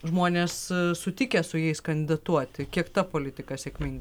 žmonės sutikę su jais kandidatuoti kiek ta politika sėkminga